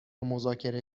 مذاکره